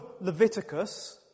Leviticus